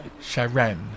Sharon